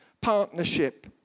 partnership